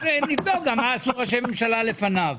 נבדוק גם מה עשו ראשי ממשלה לפניו.